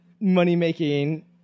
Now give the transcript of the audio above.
money-making